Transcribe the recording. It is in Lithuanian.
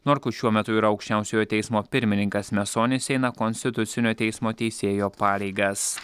norkus šiuo metu yra aukščiausiojo teismo pirmininkas mesonis eina konstitucinio teismo teisėjo pareigas